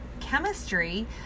chemistry